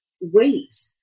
wait